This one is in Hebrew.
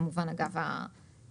כמובן אגב ההחלטה.